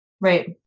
Right